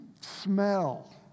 smell